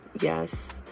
yes